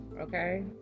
okay